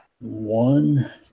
One